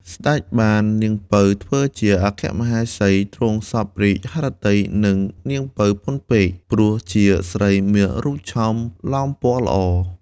សេ្តចបាននាងពៅ ធ្វើជាព្រះអគ្គមហេសី ទ្រង់សព្វព្រះរាជហឫទ័យនឹង នាង ពៅ ពន់ពេក ព្រោះជាស្រីមានរូបឆោមលោមពណ៌‌ល្អ។